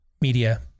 media